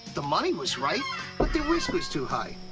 the money was right, but the risk was too high.